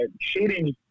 shooting